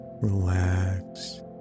relax